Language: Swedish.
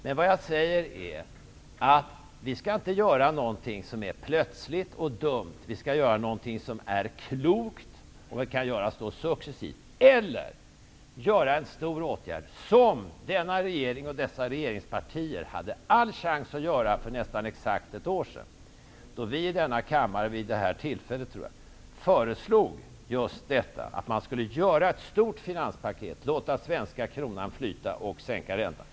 Men vad jag säger är att vi inte skall göra något som är plötsligt och dumt. Vi skall i stället göra något som är klokt -- det kan göras successivt -- eller vidta en stor åtgärd som denna regering och dessa regeringspartier hade all chans att göra för närmare ett år sedan, då vi i denna kammare -- jag tror att det var vid detta tillfälle -- föreslog just att man skulle göra ett stort finanspaket, låta svenska kronan flyta och sänka räntan.